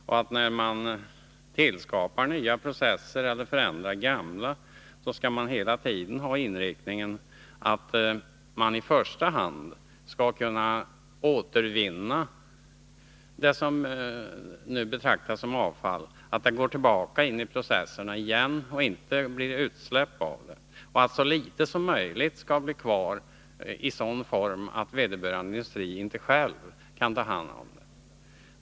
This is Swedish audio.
Och när man tillskapar nya processer eller förändrar gamla skall man hela tiden inrikta sig på att i första hand återvinna det som nu betraktas som avfall, så att det går tillbaka in i processerna och inte blir till utsläpp, så att så litet som möjligt blir kvar i sådan form att vederbörande industri inte själv kan ta hand om det.